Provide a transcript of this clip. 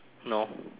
no